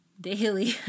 daily